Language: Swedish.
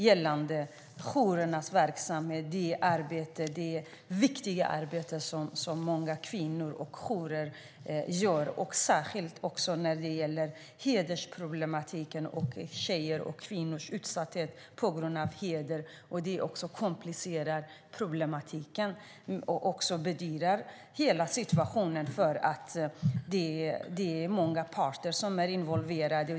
Det är jourernas verksamhet och det viktiga arbete som många kvinnor och jourer gör, särskilt när det gäller hedersproblematiken, tjejers och kvinnors utsatthet på grund av heder. Det komplicerar problematiken och fördyrar hela situationen eftersom det är många parter involverade.